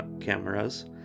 cameras